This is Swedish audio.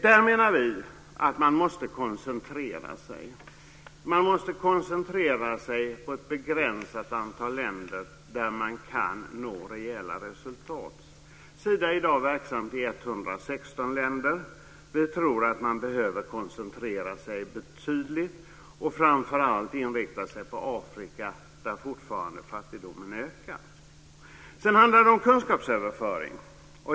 Där menar vi att man måste koncentrera sig på ett begränsat antal länder där man kan nå rejäla resultat. Sida är i dag verksamt i 116 länder. Vi tror att man behöver koncentrera sig betydligt och framför allt inrikta sig på Afrika, där fattigdomen fortfarande ökar. Sedan handlar det om kunskapsöverföring.